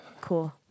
Cool